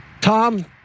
Tom